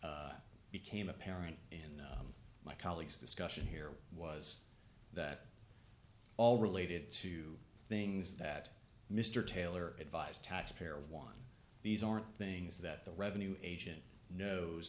became apparent in my colleague's discussion here was that all related to things that mr taylor advised taxpayer of one these aren't things that the revenue agent knows